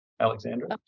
Alexandra